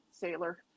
sailor